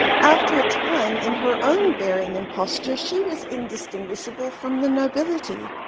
after a time in her own bearing and posture, she was indistinguishable from the nobility.